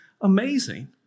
amazing